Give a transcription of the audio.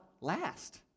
last